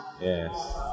Yes